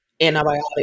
antibiotics